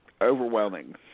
overwhelming